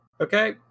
Okay